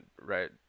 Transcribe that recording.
right